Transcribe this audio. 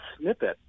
snippet